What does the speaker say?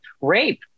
rape